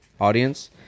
audience